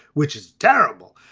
which is terrible,